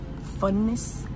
funness